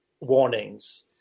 warnings